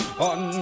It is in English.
on